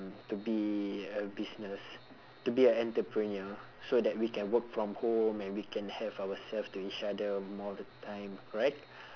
to be a business to be a entrepreneur so that we can work from home and we can have ourselves to each other more of the time correct